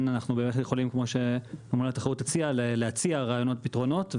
אנחנו יכולים להציג פתרונות.